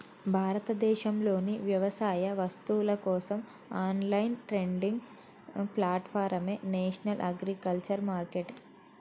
భారతదేశంలోని వ్యవసాయ వస్తువుల కోసం ఆన్లైన్ ట్రేడింగ్ ప్లాట్ఫారమే నేషనల్ అగ్రికల్చర్ మార్కెట్